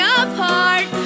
apart